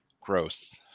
gross